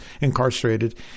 incarcerated